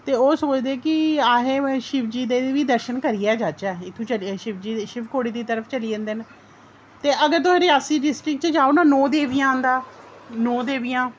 ते ओह् सोचदे कि अस शिवजी दे बी दर्शन करियै जाह्चै उत्थुूं शिवखोड़ी दी तरफ चली जंदे न ते अगर तुस रियासी डिस्ट्रिक्ट बिच जाओ ना नौ देवियां आंदा नौ देवियां